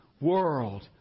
world